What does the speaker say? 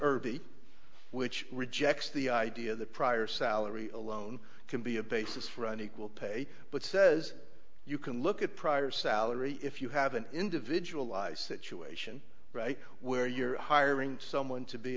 irby which rejects the idea that prior salary alone can be a basis for unequal pay but says you can look at prior salary if you have an individual life situation right where you're hiring someone to be